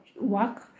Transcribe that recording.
work